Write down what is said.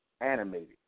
animated